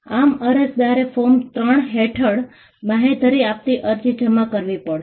આમ અરજદારે ફોર્મ 3 હેઠળ બાહેંધરી આપતી અરજી જમા કરવી પડશે